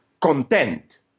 content